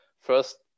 first